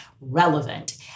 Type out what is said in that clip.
relevant